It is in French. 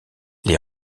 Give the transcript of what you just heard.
les